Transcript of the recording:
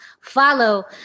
follow